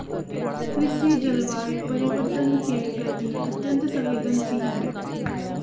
कृषि जलवायु परिवर्तन के प्रति अत्यंत संवेदनशील है